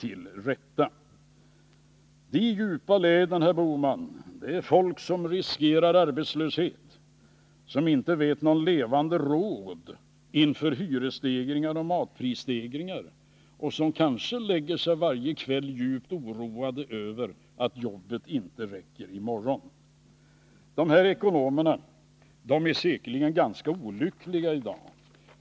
De djupa leden, Gösta Bohman, består av folk som riskerar arbetslöshet, som inte vet sig någon levande råd inför hyresstegringar och matprisstegringar och som kanske varje kväll lägger sig djupt oroade över att jobbet inte räcker i morgon. De här ekonomerna är säkerligen ganska olyckliga i dag.